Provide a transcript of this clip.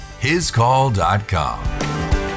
HisCall.com